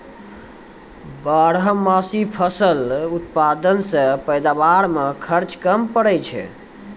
बारहमासी फसल उत्पादन से पैदावार मे खर्च कम पड़ै छै